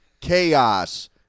chaos